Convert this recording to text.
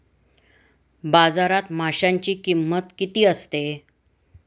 बाजारात माशांची किंमत किती असते?